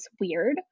weird